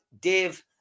Dave